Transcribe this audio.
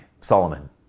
Solomon